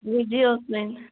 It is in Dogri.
दिक्खगे उस दिन